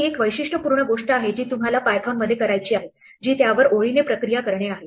ही एक वैशिष्ट्यपूर्ण गोष्ट आहे जी तुम्हाला पायथोनमध्ये करायची आहे जी त्यावर ओळीने प्रक्रिया करणे आहे